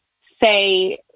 say